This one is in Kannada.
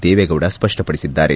ದೇವೇಗೌಡ ಸ್ಪಷ್ನಪಡಿಸಿದ್ದಾರೆ